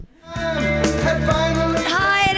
Hi